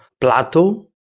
Plato